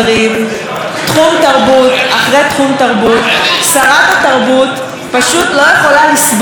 שרת התרבות פשוט לא יכולה לסבול שיש תחום תרבות שהיא לא החריבה,